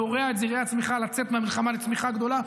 זורע את זרעי הצמיחה לצאת מהמלחמה לצמיחה גדולה.